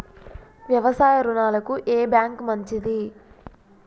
వ్యవసాయ రుణాలకు ఏ బ్యాంక్ మంచిది?